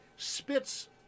spits